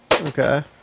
Okay